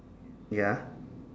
ya